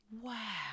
Wow